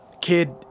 Kid